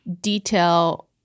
detail